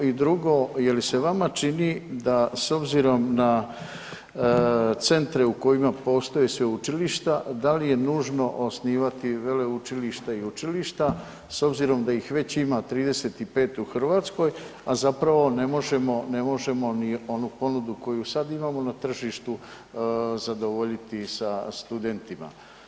I drugo, je li se vama čini da s obzirom na centre u kojima postoji sveučilišta, da li je nužno osnivati veleučilišta i učilišta s obzirom da ih već ima 35 u Hrvatskoj a zapravo ne možemo ni onu ponudu koju sad imamo, na tržištu zadovoljiti sa studentima?